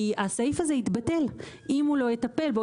כי הסעיף הזה יתבטל אם הוא לא יטפל בו,